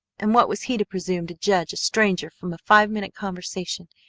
and what was he to presume to judge a stranger from a five-minute conversation,